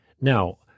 Now